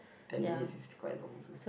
ten minutes is quite long also